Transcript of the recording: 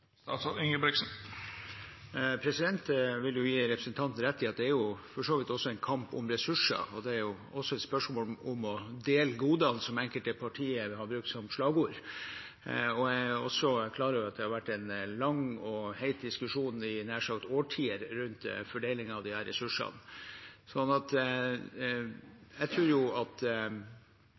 Jeg vil gi representanten rett i at det for så vidt er en kamp om ressurser, og det er også et spørsmål om å dele godene, som enkelte partier har brukt som slagord. Jeg er også klar over at det har vært en lang og het diskusjon i nær sagt årtier rundt fordeling av disse ressursene. Jeg tror at